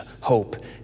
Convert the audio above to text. hope